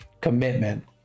commitment